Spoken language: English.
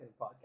podcast